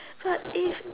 but if